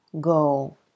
go